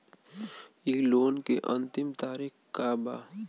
इ लोन के अन्तिम तारीख का बा?